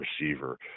receiver